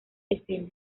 escena